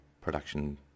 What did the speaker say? production